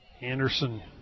Anderson